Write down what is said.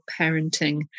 parenting